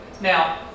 Now